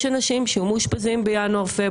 יש אנשים שהיו מאושפזים בינואר-פברואר,